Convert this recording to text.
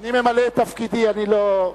אני ממלא את תפקידי, אני לא,